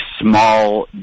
small